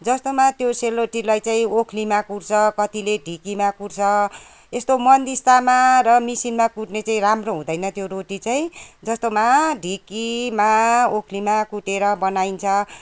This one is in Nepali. जस्तोमा त्यो सेलरोटीलाई चाहिँ ओखलीमा कुट्छ कत्तिले ढिकीमा कुट्छ यस्तो मन्दिस्तामा र मिसिनमा कुट्ने चाहिँ राम्रो हुँदैन त्यो रोटी चाहिँ जस्तोमा ढिकीमा ओखलीमा कुटेर बनाइन्छ